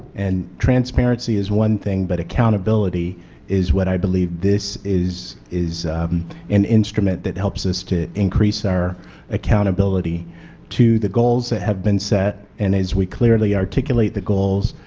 and transparency is one thing but accountability is what i believe this is is an instrument that helps us to increase our accountability to the goals that have been set in as we clearly articulate the goals,